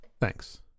Thanks